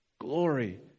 glory